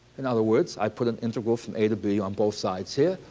in other words, i put an integral from a to b on both sides here,